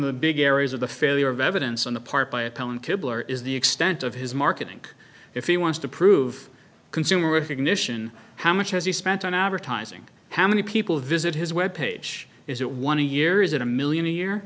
the big areas of the failure of evidence on the part by a talented lawyer is the extent of his marketing if he wants to prove consumer ignition how much as he spent on advertising how many people visit his web page is it one a year is it a million a year